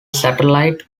satellite